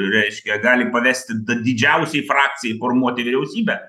reiškia gali pavesti d didžiausiai frakcijai formuoti vyriausybę